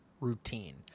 routine